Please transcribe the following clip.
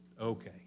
Okay